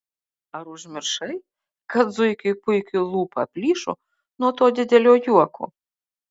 ar užmiršai kad zuikiui puikiui lūpa plyšo nuo to didelio juoko